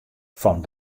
fan